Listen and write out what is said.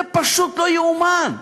זה פשוט לא ייאמן.